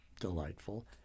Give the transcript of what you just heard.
delightful